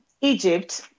Egypt